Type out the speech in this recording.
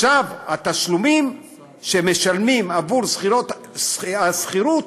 ועכשיו התשלומים שמשלמים עבור השכירות